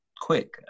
quick